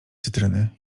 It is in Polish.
cytryny